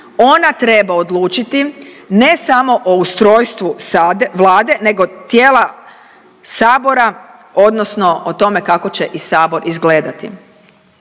ona treba odlučiti ne samo o ustrojstvu Vlade nego tijela Sabora odnosno o tome kako će i Sabor izgledati.